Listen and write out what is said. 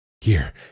Here